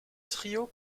trio